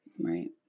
Right